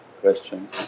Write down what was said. question